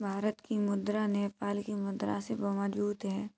भारत की मुद्रा नेपाल की मुद्रा से मजबूत है